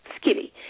skinny